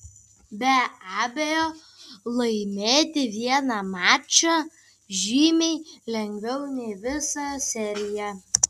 be abejo laimėti vieną mačą žymiai lengviau nei visą seriją